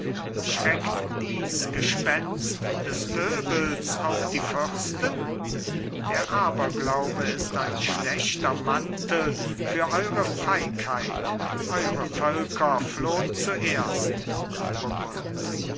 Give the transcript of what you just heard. schreckt dies gespenst des pöbels auch die fürsten der aberglaube ist ein schlechter mantel für eure feigheit eure völker flohn zuerst burgund